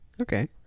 okay